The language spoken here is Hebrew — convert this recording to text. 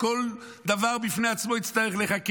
כל דבר בפני עצמו יצטרך להיחקר.